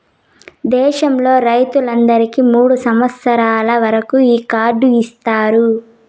దేశంలో రైతులందరికీ మూడు సంవచ్చరాల వరకు ఈ కార్డు ఇత్తారు